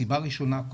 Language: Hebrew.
סיבה ראשונה,